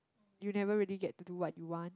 you never really get to do what you want